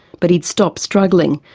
but he'd stopped struggling.